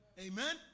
Amen